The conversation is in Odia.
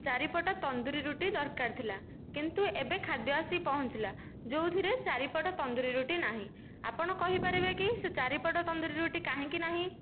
ଚାରିପଟ ତନ୍ଦୁରୀ ରୁଟି ଦରକାର ଥିଲା କିନ୍ତୁ ଏବେ ଖାଦ୍ୟ ଆସି ପହଞ୍ଚିଲା ଯେଉଁଥିରେ ଚାରିପଟ ତନ୍ଦୁରୀ ରୁଟି ନାହିଁ ଆପଣ କହିପାରିବେକି ସେହି ଚାରିପଟ ତନ୍ଦୁରୀ ରୁଟି କାହିଁକି ନାହିଁ